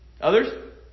Others